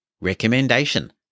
Recommendation